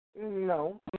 No